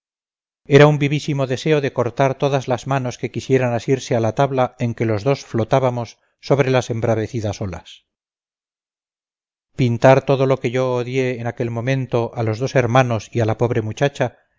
era un vivísimo deseo de cortar todas las manos que quisieran asirse a la tabla en que los dos flotábamos sobre las embravecidas olas pintar todo lo que yo odié en aquel momento a los dos hermanos y a la pobre muchacha